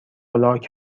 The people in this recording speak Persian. لاک